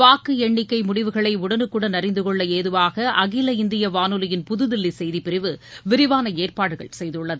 வாக்கு எண்ணிக்கை முடிவுகளை உடனுக்குடன் அறிந்து கொள்ள ஏதுவாக அகில இந்திய வானொலியின் புதுதில்லி செய்திப்பிரிவு விரிவான ஏற்பாடுகள் செய்துள்ளது